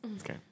Okay